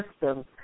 system